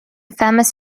famous